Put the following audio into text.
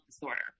disorder